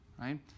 right